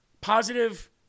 positive